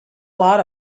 lot